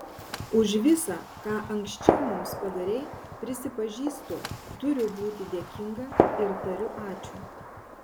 už visa ką anksčiau mums padarei prisipažįstu turiu būti dėkinga ir tariu ačiū